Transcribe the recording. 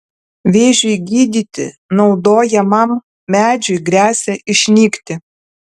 vėžiui gydyti naudojamam medžiui gresia išnykti